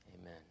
amen